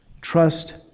trust